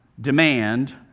demand